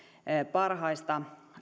parhaista